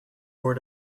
voor